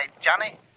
Johnny